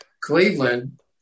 Cleveland –